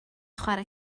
chwarae